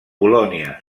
polònia